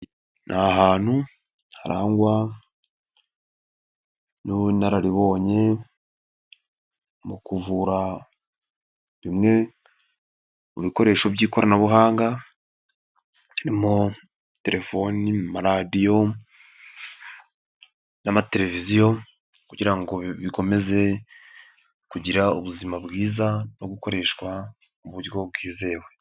Ni ahantutu harangwa n'ubunararibonye mu kuvura bimwe mu bikoresho by'ikoranabuhanga birimo telefoni, amaradiyomu n'amateleviziyo kugira ngo bikomeze kugira ubuzima bwiza no gukoreshwa mu buryo bwizewe.